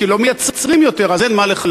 כי לא מייצרים יותר, אז אין מה לחלק.